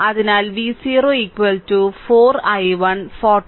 അതിനാൽ v0 4 i1 4060 volt